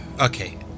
Okay